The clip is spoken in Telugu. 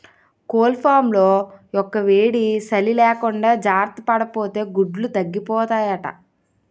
కోళ్లఫాంలో యెక్కుయేడీ, సలీ లేకుండా జార్తపడాపోతే గుడ్లు తగ్గిపోతాయట